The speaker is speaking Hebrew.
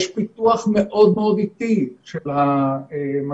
יש פיתוח מאוד מאוד אטי של המגן.